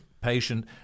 patient